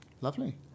Lovely